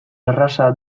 erraza